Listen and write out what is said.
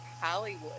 Hollywood